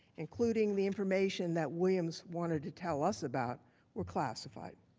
including the information that williams wanted to tell us about were classified.